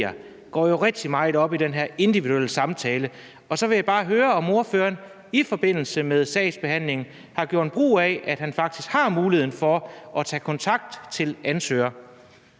går jo rigtig meget op i den her individuelle samtale, og så vil jeg bare høre, om ordføreren i forbindelse med sagsbehandlingen har gjort brug af, at han faktisk har muligheden for at tage kontakt til en ansøger.